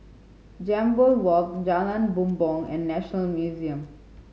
Jambol Walk Jalan Bumbong and National Museum